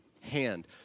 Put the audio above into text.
hand